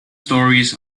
stories